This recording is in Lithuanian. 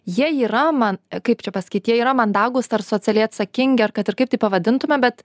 jie yra man kaip čia pasakyt jie yra mandagūs ar socialiai atsakingi ar kad ir kaip pavadintume bet